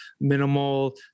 minimal